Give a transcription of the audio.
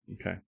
Okay